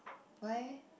why eh